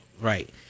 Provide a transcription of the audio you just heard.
right